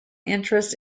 interest